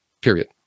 period